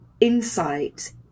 insight